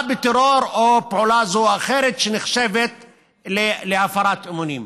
בטרור או פעולה זו או אחרת שנחשבת להפרת אמונים.